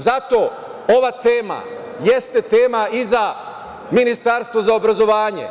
Zato ova tema jeste tema i za Ministarstvo obrazovanja.